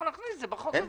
נכניס את זה בחוק הזה.